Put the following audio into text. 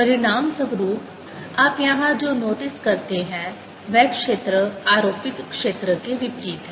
परिणामस्वरूप आप यहाँ जो नोटिस करते हैं वह क्षेत्र आरोपित क्षेत्र के विपरीत है